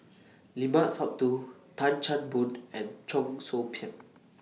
Limat Sabtu Tan Chan Boon and Cheong Soo Pieng